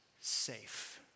safe